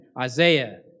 Isaiah